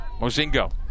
Mozingo